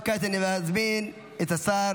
וכעת אני מזמין את השר